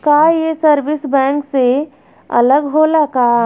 का ये service bank से अलग होला का?